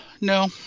no